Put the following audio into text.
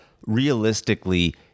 realistically